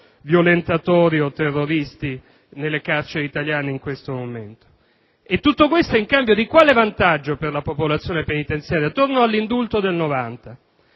violentatori o terroristi nelle carceri italiane in questo momento. E tutto questo in cambio di quale vantaggio per la popolazione penitenziaria? Torno all'indulto del 1990: